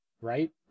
Right